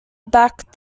backed